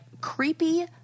creepy